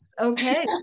Okay